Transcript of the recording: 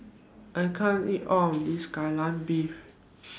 I can't eat All of This Kai Lan Beef